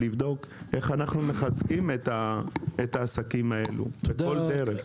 לראות איך אנו מחזקים את העסקים האלה בכל דרך.